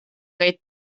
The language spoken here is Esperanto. kaj